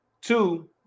Two